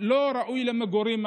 לא ראוי למגורים,